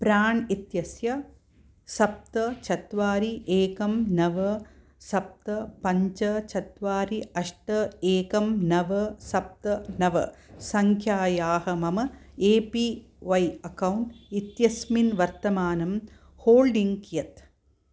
प्राण् इत्यस्य सप्त चत्वारि एकम् नव सप्त पञ्च चत्वारि अष्ट एकम् नव सप्त नव सङ्ख्यायाः मम ए पी वय् अकौण्ट् इत्यस्मिन् वर्तमानं होल्डिङ्ग् कियत्